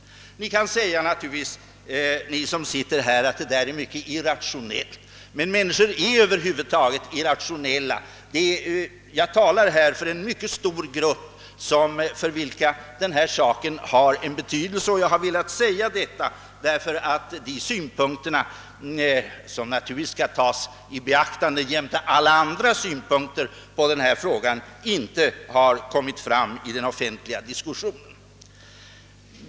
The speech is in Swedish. Ni som sitter här kan naturligtvis hävda att detta resonemang är mycket irrationellt, men människor är över huvud taget irrationella. Jag talar här för en mycket stor grupp, för vilken saken har betydelse, och jag har velat säga detta därför att dess synpunkter — som givetvis skall tas i beaktande jämte alla andra synpunkter på denna fråga — inte har kommit till uttryck i den offentliga diskussionen.